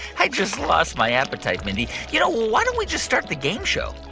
i just lost my appetite, mindy. you know, why don't we just start the game show?